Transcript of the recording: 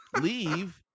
leave